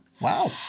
Wow